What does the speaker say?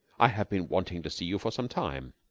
i have been wanting to see you for some time.